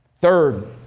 Third